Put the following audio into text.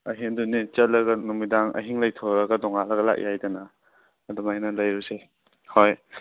ꯑꯍꯦꯟꯗꯨꯅꯦ ꯆꯠꯂꯒ ꯅꯨꯃꯤꯗꯥꯡ ꯑꯍꯤꯡ ꯂꯩꯊꯣꯔꯛꯑꯒ ꯅꯣꯡꯉꯥꯜꯂꯒ ꯂꯥꯛꯏ ꯍꯥꯏꯗꯅ ꯑꯗꯨꯃꯥꯏꯅ ꯂꯩꯔꯨꯁꯦ ꯍꯣꯏ